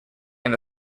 and